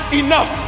enough